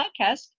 podcast